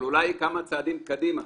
אבל אולי כמה צעדים קדימה,